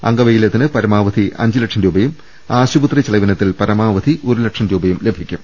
അംഗവൈകല്യത്തിന് പരമാവധി അഞ്ചു ലക്ഷം രൂപയും ആശുപത്രി ചെലവിനത്തിൽ പരമാവധി ഒരു ലക്ഷം രൂപയും ലഭിക്കും